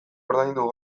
ordaindu